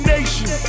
Nation